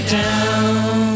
down